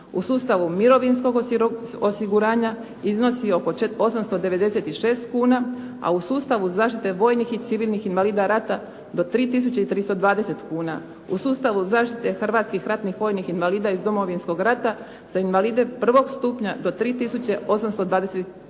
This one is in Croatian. u sustavu mirovinskog osiguranja iznosi oko 896 kuna a u sustavu zaštite vojnih i civilnih invalida rata do 3320 kuna. U sustavu zaštite hrvatskih ratnih vojnih invalida iz Domovinskog rata, za invalide prvog stupnja do 384 kune.